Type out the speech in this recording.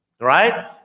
Right